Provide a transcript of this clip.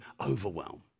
overwhelm